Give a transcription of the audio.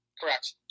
Correct